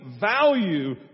value